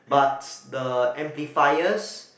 but the amplifiers